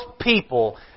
people